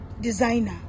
designer